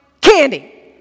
candy